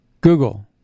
Google